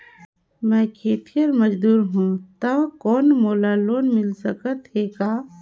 मैं खेतिहर मजदूर हों ता कौन मोला लोन मिल सकत हे का?